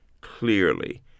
clearly